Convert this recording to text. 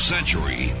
century